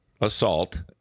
assault